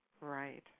Right